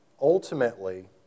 ultimately